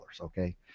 okay